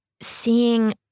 seeing